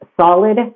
solid